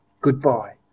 Goodbye